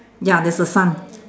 ya there's a sun